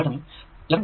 അത് 2